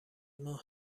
ماه